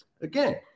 again